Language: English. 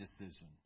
decision